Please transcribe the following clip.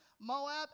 Moab